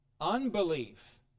Unbelief